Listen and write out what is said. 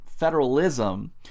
federalism